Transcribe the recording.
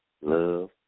love